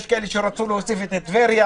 יש כאלה שרצו להוסיף את טבריה,